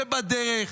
זה בדרך.